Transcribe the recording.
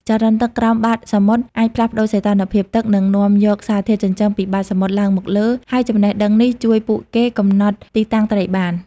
ចរន្តទឹកក្រោមបាតសមុទ្រអាចផ្លាស់ប្តូរសីតុណ្ហភាពទឹក និងនាំយកសារធាតុចិញ្ចឹមពីបាតសមុទ្រឡើងមកលើ ហើយចំណេះដឹងនេះជួយពួកគេកំណត់ទីតាំងត្រីបាន។